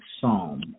Psalm